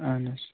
اَہَن حظ